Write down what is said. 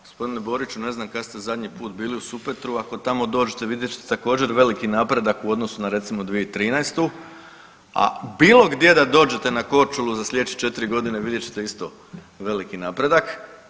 Gospodine Boriću, ne znam kad ste zadnji put bili u Supetru, ako tamo dođete vidjet ćete također veliki napredak u odnosu na recimo 2013., a bilo gdje da dođete na Korčulu za slijedeće 4.g. vidjet ćete isto veliki napredak.